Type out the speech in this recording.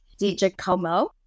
DiGiacomo